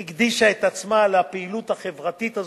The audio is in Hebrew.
היא הקדישה את עצמה לפעילות החברתית הזאת,